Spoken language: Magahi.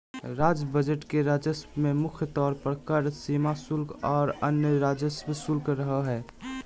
राज्य बजट के राजस्व में मुख्य तौर पर कर, सीमा शुल्क, आर अन्य राजस्व शामिल रहो हय